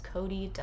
Cody